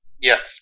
Yes